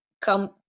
come